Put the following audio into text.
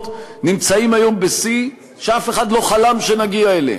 נמצאים היום בשיא שאף אחד לא חלם שנגיע אליו,